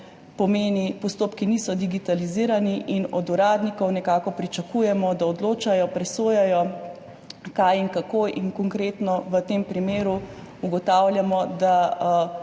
Pomeni, postopki niso digitalizirani in od uradnikov nekako pričakujemo, da odločajo, presojajo, kaj in kako. Konkretno v tem primeru ugotavljamo, da